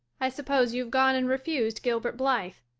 i suppose you've gone and refused gilbert blythe.